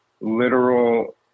literal